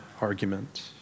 argument